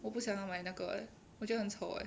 我不想要买那个我觉得很丑 leh